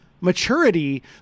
maturity